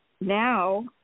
now